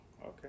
Okay